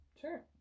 Sure